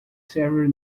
several